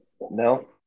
No